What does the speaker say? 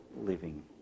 living